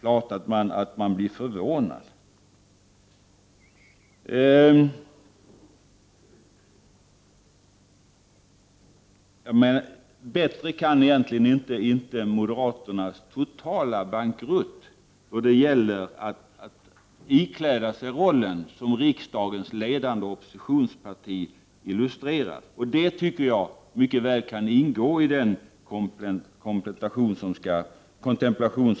Det är klart att man blir förvånad! Bättre än så här kan egentligen inte moderaternas totala bankrutt då det gäller att ikläda sig rollen som riksdagens ledande oppositionsparti illustreras. Och detta menar jag bör ingå i helgens kontemplation.